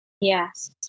yes